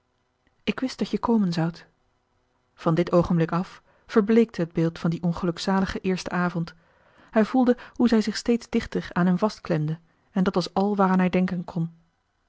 ik wist dat je komen zoudt van dit oogenblik af verbleekte het beeld van dien ongelukzaligen eersten avond hij voelde hoe zij zich steeds dichter aan hem vastklemde en dat was al waaraan hij denken kon